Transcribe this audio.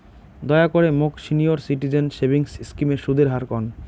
দয়া করে মোক সিনিয়র সিটিজেন সেভিংস স্কিমের সুদের হার কন